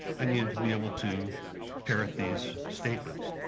i needed to be able to parrot these statements.